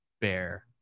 Bear